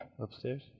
Upstairs